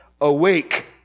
awake